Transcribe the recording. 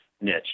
niche